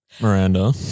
Miranda